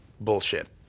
bullshit